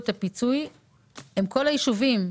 על הדיון,